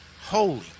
Holy